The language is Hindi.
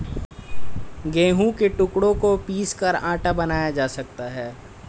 गेहूं के टुकड़ों को पीसकर आटा बनाया जा सकता है